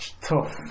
tough